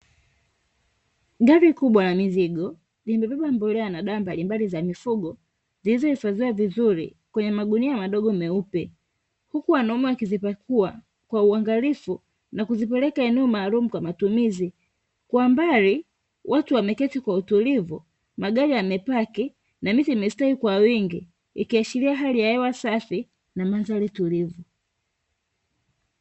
Gari kubwa la mizigo, limebeba mbolea na dawa mbalimbali za mifugo, zilizohifadhiwa vizuri kwenye magunia madogo meupe. Huku wanaume wakizipakua kwa uangalifu na kuzipeleka eneo maalumu kwa matumizi. Kwa mbali watu wameketi kwa utulivu, magari yamepaki, na miti imestawi kwa wingi. Ikiashiria hali ya hewa safi na mandhari tulivu.